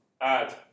add